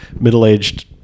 middle-aged